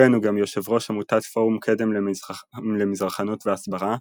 כהן הוא גם יו"ר עמותת "פורום קדם למזרחנות והסברה"